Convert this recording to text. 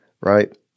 right